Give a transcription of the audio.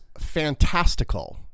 fantastical